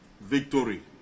Victory